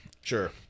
sure